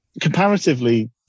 comparatively